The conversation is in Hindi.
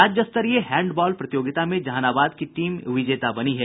राज्य स्तरीय हैंड बॉल प्रतियोगिता में जहानाबाद की टीम विजेता बनी है